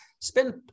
spend